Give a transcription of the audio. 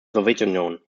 sowjetunion